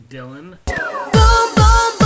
Dylan